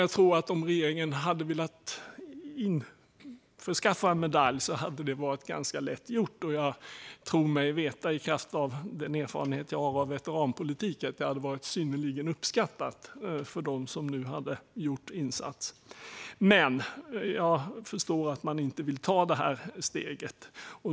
Jag tror att om regeringen hade velat skapa en medalj hade det varit ganska lätt gjort. Och jag tror mig veta, utifrån min erfarenhet av veteranpolitik, att det hade varit synnerligen uppskattat av de som nu har gjort en insats. Men jag förstår att man inte vill ta det steget.